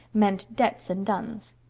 meant debts and duns.